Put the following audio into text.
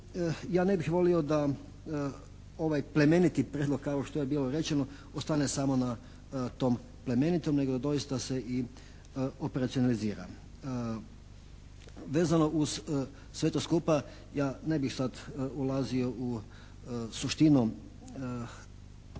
ja ne bih volio da ovaj plemeniti prijedlog kao što je bilo rečeno ostane samo na tom plemenitom nego da doista se i operacionalizira. Vezano uz sve to skupa ja ne bih sad ulazio u suštinu